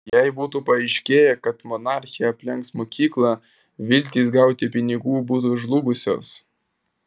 jei būtų paaiškėję kad monarchė aplenks mokyklą viltys gauti pinigų būtų žlugusios